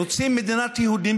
רוצים מדינת יהודים,